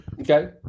Okay